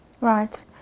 right